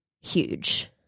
huge